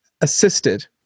assisted